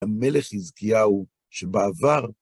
המלך חיזקיהו שבעבר